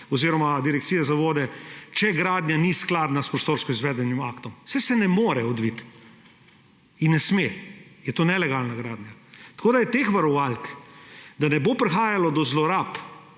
mnenje Direkcije za vode, če gradnja ni skladna s prostorsko-izvedbenim aktom. Saj se ne more odviti in ne sme, je to nelegalna gradnja. Tako da je veliko teh varovalk, da ne bo prihajalo do zlorab,